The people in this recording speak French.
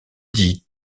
dit